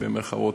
במירכאות,